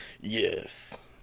Yes